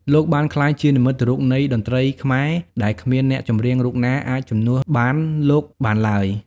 លោកបានក្លាយជានិមិត្តរូបនៃតន្ត្រីខ្មែរដែលគ្មានអ្នកចម្រៀងរូបណាអាចជំនួសបានលោកបានឡើង។